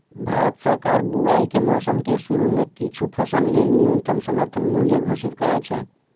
भारत सरकार बुआइ के मौसम के शुरू मे किछु फसल लेल न्यूनतम समर्थन मूल्य घोषित करै छै